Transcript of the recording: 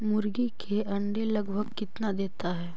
मुर्गी के अंडे लगभग कितना देता है?